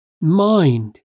mind